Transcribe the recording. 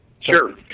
Sure